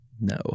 No